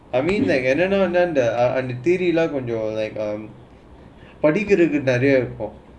I mean like and then down the daily life and the you're like um படிக்கிறது:padikkirathu